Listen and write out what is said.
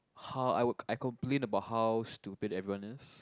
how I would I complain about how stupid everyone is